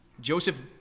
Joseph